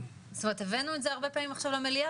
זאת אומרת הבאנו את זה הרבה פעמים עכשיו למליאה,